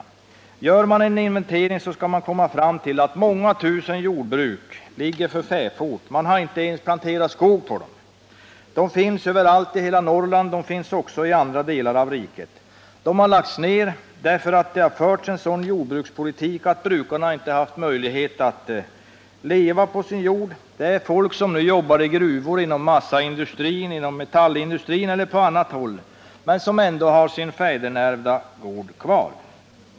Gör man en inventering skall man komma fram till att många tusen jordbruk ligger för fäfot. Man har inte ens planterat skog på dem. De finns överallt i hela Norrland och de finns också i andra delar av riket. De har lagts ned därför att det förts en sådan jordbrukspolitik att brukarna inte haft möjlighet att leva på sin jord. Det är fråga om folk som nu jobbar i gruvor, inom massaindustrin, inom metallin ' dustrin eller på annat håll men som ändå har sin fäderneärvda gård kvar.